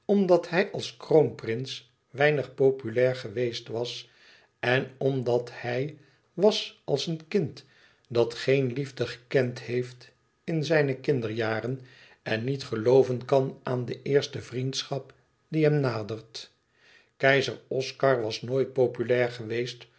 omdat hij als kroonprins weinig populair geweest was en omdat hij was als een kind dat geen liefde gekend heeft in zijne kinderjaren en niet gelooven kan aan de eerste vriendschap die hem nadert keizer oscar was nooit populair geweest